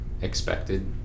Expected